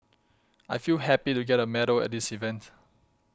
I feel happy to get a medal at this event